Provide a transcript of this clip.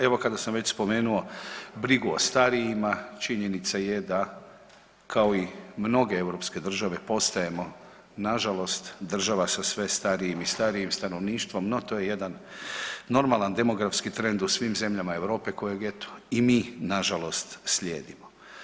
Evo kada sam već spomenuo brigu o starijima činjenica je da kao i mnoge europske države postajemo nažalost država sa sve starijim i starijim stanovništvom, no to je jedan normalan demografski trend u svim zemljama Europe kojeg eto i mi nažalost slijedimo.